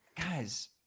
guys